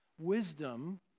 wisdom